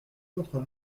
votre